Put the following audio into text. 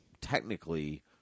technically